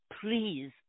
Please